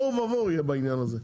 יהיה תוהו ובוהו בעניין הזה.